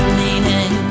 meaning